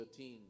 13